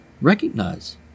recognize